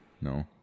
No